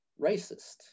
racist